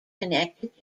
connected